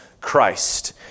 Christ